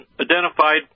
identified